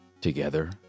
together